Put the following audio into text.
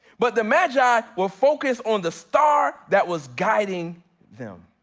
but the magi were focused on the star that was guiding them.